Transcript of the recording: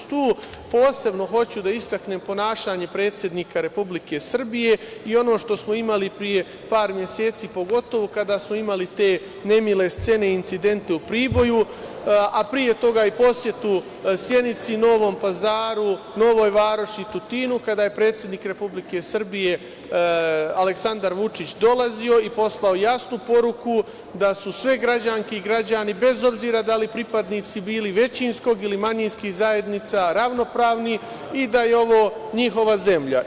Tu posebno hoću da istaknem ponašanje predsednika Republike Srbije i ono što smo imali pre par meseci, pogotovo kada smo imali te nemile scene i incidente u Priboju, a pre toga i posetu Sjenici, Novom Pazaru, Novoj Varoši i Tutinu, kada je predsednik Republike Srbije Aleksandar Vučić dolazio i poslao jasnu poruku da su sve građanke i građani, bez obzira da li su pripadnici većinskog ili manjinskih zajednica, ravnopravni i da je ovo njihova zemlja.